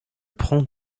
prends